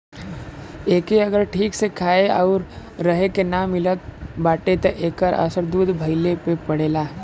एके अगर ठीक से खाए आउर रहे के ना मिलत बाटे त एकर असर दूध भइले पे पड़ेला